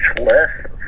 less